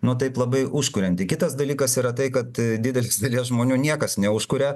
nu taip labai užkurianti kitas dalykas yra tai kad didelės dalies žmonių niekas neužkuria